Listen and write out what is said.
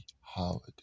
holiday